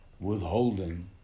withholding